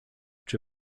czy